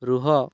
ରୁହ